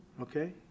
Okay